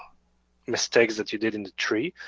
mistakes that you did in the tree.